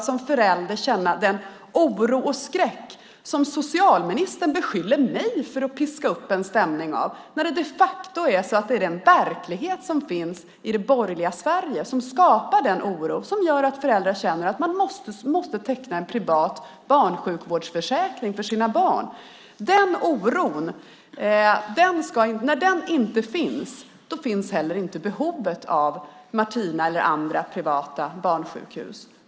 Socialministern beskyller mig för att piska upp en stämning av oro och skräck hos föräldrar när det de facto är den verklighet som finns i det borgerliga Sverige som skapar den oro som gör att föräldrar känner att de måste teckna en privat barnsjukvårdsförsäkring för sina barn. När den oron inte finns då finns heller inte behovet av Martina eller andra privata barnsjukhus.